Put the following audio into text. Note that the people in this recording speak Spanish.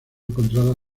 encontrada